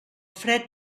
fred